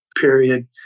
period